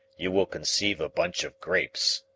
you will conceive a bunch of grapes,